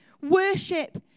Worship